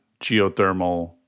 geothermal